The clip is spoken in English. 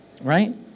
right